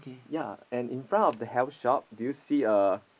ya and in front of the health shop do you see a